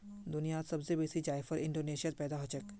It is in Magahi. दुनियात सब स बेसी जायफल इंडोनेशियात पैदा हछेक